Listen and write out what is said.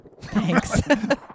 Thanks